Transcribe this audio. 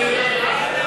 הצעת סיעות